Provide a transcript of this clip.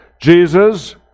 Jesus